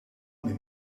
min